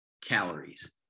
calories